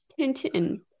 Tintin